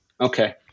okay